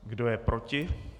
Kdo je proti?